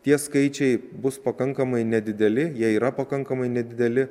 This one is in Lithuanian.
tie skaičiai bus pakankamai nedideli jie yra pakankamai nedideli